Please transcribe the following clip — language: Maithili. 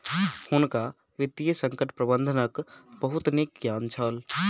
हुनका वित्तीय संकट प्रबंधनक बहुत नीक ज्ञान छल